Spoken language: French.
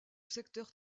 secteur